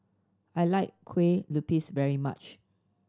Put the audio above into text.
I like kue lupis very much